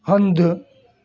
हंधु